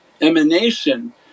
emanation